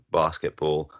basketball